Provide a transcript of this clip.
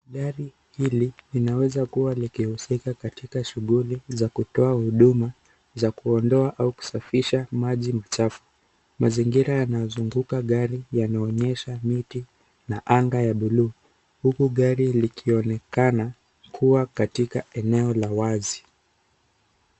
Gari hili linaweza kuwa linahusika katika shughuli za kutoa huduma za kuondoa au kusafisha maji machafu. Mazingira yanayozunguka gari yanaonyesha miti na anga ya bluu huku gari likionekana kuwa katika eneo la wazi.